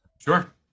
Sure